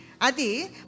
Adi